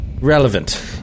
relevant